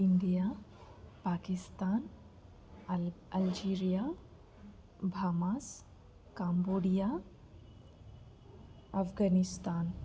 India Pakistan అల్ Algeria Bahamas Cambodia Afghanistan